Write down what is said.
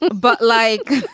but like,